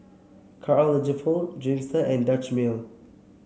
Karl Lagerfeld Dreamster and Dutch Mill